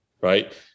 right